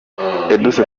edouce